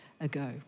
ago